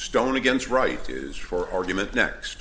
stone against right is for argument next